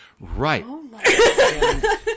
Right